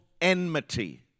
enmity